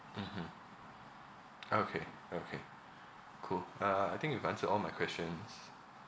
mmhmm okay okay cool uh I think you've answered all my questions